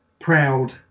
proud